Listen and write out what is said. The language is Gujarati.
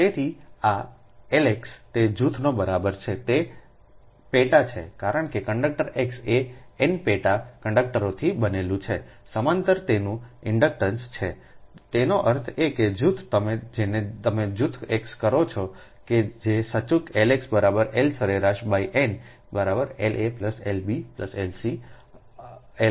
તેથી આ Lx તે જૂથની બરાબર છે જે તે પેટા છે કારણ કે કંડક્ટર X એ n પેટા કંડકટરોથી બનેલું છે સમાંતર તેનું ઇન્ડક્ટન્સ છેતેનો અર્થ એ કે જૂથ તમે જેને તમે જૂથ X કરો છો કે જે સૂચક LX L સરેરાશ n L a L b L c